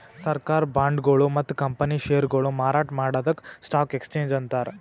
ಸರ್ಕಾರ್ ಬಾಂಡ್ಗೊಳು ಮತ್ತ್ ಕಂಪನಿ ಷೇರ್ಗೊಳು ಮಾರಾಟ್ ಮಾಡದಕ್ಕ್ ಸ್ಟಾಕ್ ಎಕ್ಸ್ಚೇಂಜ್ ಅಂತಾರ